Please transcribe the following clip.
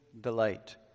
delight